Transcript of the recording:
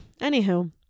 anywho